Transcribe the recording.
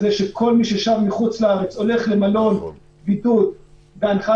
זה שכל מי ששב מחוץ לארץ הולך למלון בידוד בהנחיה